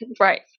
Right